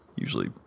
usually